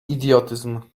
idiotyzm